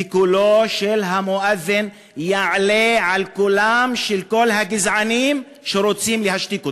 וקולו של המואזין יעלה על קולם של כל הגזענים שרוצים להשתיק אותו.